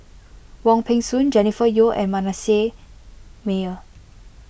Wong Peng Soon Jennifer Yeo and Manasseh Meyer